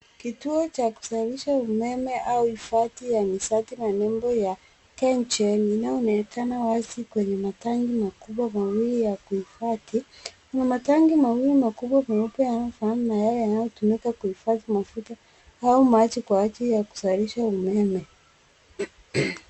Kituo cha kuzalisha umeme au hifadhi ya nishati na nembo ya Kengen, inaonekana wazi kwenye matangi makubwa mawili ya kuhifadhi. Kuna matangi mawili makubwa meupe yanayofanana na yale yanayotumika kuhifadhi mafuta au maji kwa ajili ya kuzalisha umeme.